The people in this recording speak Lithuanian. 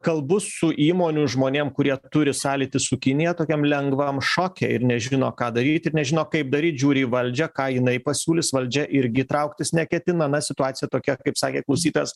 kalbu su įmonių žmonėm kurie turi sąlytį su kinija tokiam lengvam šoke ir nežino ką daryt ir nežino kaip daryt žiūri į valdžią ką jinai pasiūlys valdžia irgi trauktis neketina na situacija tokia kaip sakė klausytojas